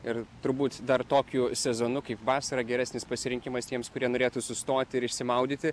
ir turbūt dar tokiu sezonu kaip vasarą geresnis pasirinkimas tiems kurie norėtų sustoti ir išsimaudyti